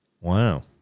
Wow